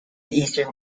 eastern